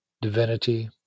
Divinity